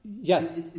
Yes